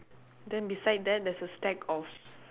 then beside that there's a stack of